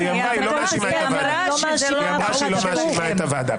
היא אמרה שזו לא אשמת הוועדה.